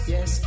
Yes